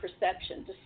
perception